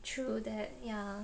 true that ya